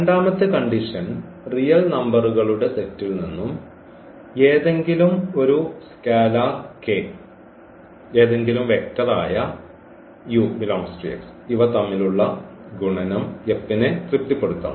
രണ്ടാമത്തെ condition real നമ്പറുകളുടെ സെറ്റിൽ നിന്നും ഏതെങ്കിലും ഒരു സ്കെലാർ k ഏതെങ്കിലും വെക്റ്ററായ u∈X ഇവ തമ്മിലുള്ള ഗുണനം F നെ തൃപ്തിപ്പെടുത്തണം